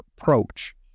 approach